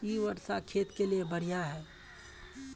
इ वर्षा खेत के लिए बढ़िया है?